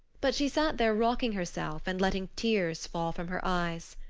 but she sat there rocking herself and letting tears fall from her eyes.